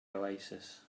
oasis